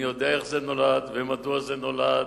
אני יודע איך זה נולד ומדוע זה נולד,